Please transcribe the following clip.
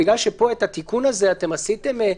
בגלל שפה את התיקון הזה אתם עשיתם,